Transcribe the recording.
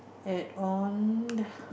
add on